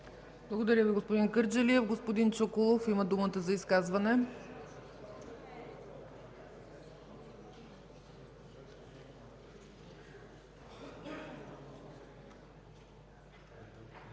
Благодаря Ви, господин Кърджалиев. Господин Чуколов има думата за изказване.